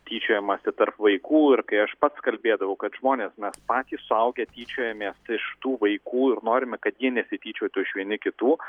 tyčiojimąsi tarp vaikų ir kai aš pats kalbėdavau kad žmonės mes patys suaugę tyčiojamės iš tų vaikų ir norime kad jie nesityčiotų iš vieni kitų